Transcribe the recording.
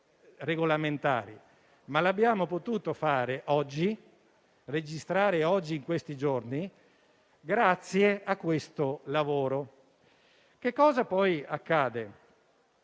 regolamentari. Ma l'abbiamo potuto fare oggi e registrare oggi, in questi giorni, grazie a questo lavoro. Cosa accade